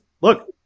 Look